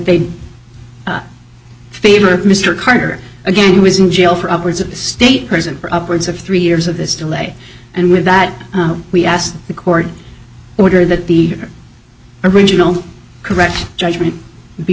they favor mr carter again he was in jail for upwards of the state prison for upwards of three years of this delay and with that we asked the court order that the original correct judgment be